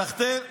סחתיין.